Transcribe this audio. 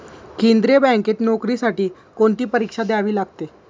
केंद्रीय बँकेत नोकरीसाठी कोणती परीक्षा द्यावी लागते?